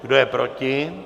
Kdo je proti?